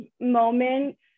moments